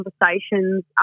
conversations